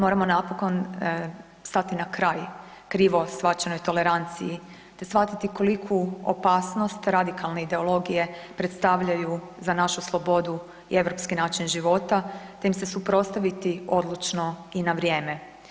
Moramo napokon stati na kraj krivo shvaćenoj toleranciji te shvatiti koliku opasnost radikalne ideologije predstavljaju za našu slobodu i europski način života te im se suprotstaviti odlučno i na vrijeme.